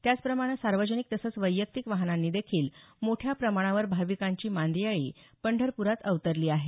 त्याचप्रमाणे सार्वजनिक तसंच वैयक्तिक वाहनांनीदेखील मोठ्या प्रमाणावर भाविकांची मांदियाळी पंढरपूरात अवतरली आहे